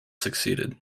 succeeded